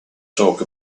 talk